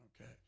Okay